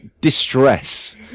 distress